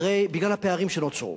בגלל הפערים שנוצרו.